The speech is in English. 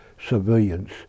civilians